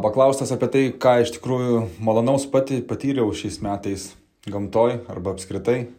paklaustas apie tai ką iš tikrųjų malonaus pati patyriau šiais metais gamtoj arba apskritai